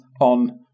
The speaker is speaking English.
on